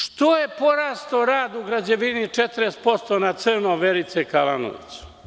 Što je porastao rad u građevini 40% na crno, Verice Kalanović.